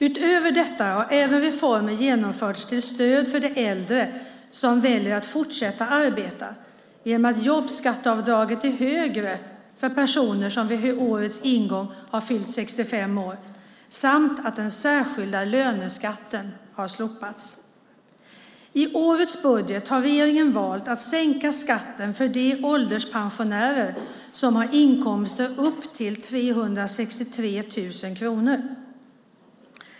Utöver detta har även reformer genomförts till stöd för de äldre som väljer att fortsätta att arbeta genom att jobbskatteavdraget är högre för personer som vid årets ingång har fyllt 65 år samt genom att den särskilda löneskatten har slopats. I årets budget har regeringen valt att sänka skatten för de ålderspensionärer som har inkomster på upp till 363 000 kronor.